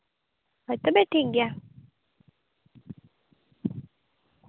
ᱦᱳᱭ ᱛᱚᱵᱮ ᱴᱷᱤᱠᱜᱮᱭᱟ